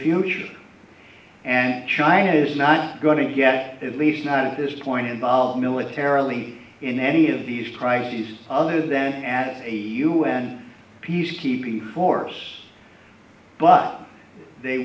future and china is not going to get at least not at this point involved militarily in any of these crises other than at a un peacekeeping force but they